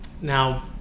Now